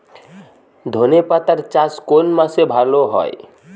ধনেপাতার চাষ কোন মাসে ভালো হয়?